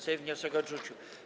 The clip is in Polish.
Sejm wniosek odrzucił.